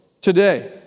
today